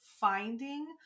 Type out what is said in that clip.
finding